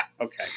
okay